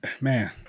Man